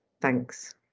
Thanks